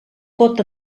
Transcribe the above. pot